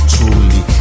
Truly